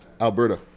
alberta